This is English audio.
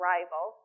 Rival